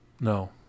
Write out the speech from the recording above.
No